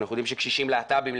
ואנחנו יודעים שקשישים להט"בים,